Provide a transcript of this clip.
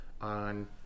on